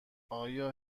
آیا